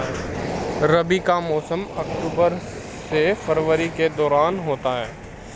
रबी का मौसम अक्टूबर से फरवरी के दौरान होता है